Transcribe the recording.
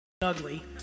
ugly